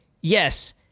Yes